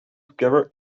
together